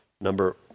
number